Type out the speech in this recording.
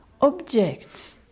object